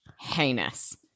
heinous